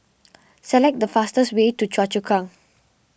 select the fastest way to Choa Chu Kang